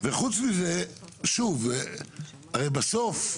וחוץ מזה, שוב, הרי בסוף,